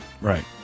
Right